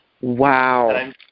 Wow